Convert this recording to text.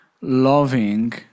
loving